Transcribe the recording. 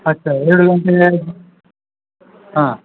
ಅಷ್ಟೆ ಎರಡು ಗಂಟೆಗೆ ಹಾಂ